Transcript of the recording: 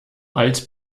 alt